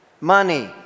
Money